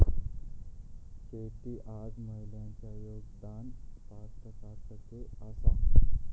शेतीत आज महिलांचा योगदान पासट ता सत्तर टक्के आसा